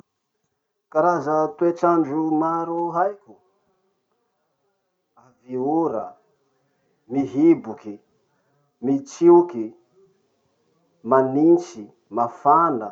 Karaza toetr'andro maro haiko: avy ora, mihiboky, mitsioky, manitsy, mafana.